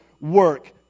work